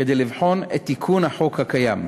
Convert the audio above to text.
כדי לבחון את תיקון החוק הקיים.